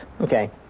Okay